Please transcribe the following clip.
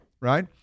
right